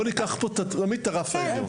בואו ניקח פה תמיד את הרף העליון.